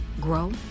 grow